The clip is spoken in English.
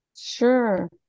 Sure